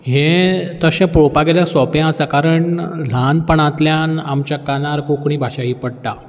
हें तशें पळोवपा गेल्यार तशें सोंपें आसा कारण ल्हानपणांतल्यान आमच्या कानार कोंकणी भाशा ही पडटा